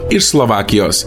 iš slovakijos